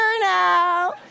now